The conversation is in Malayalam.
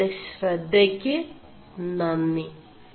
Journal of Cell Biology 2011